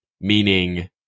meaning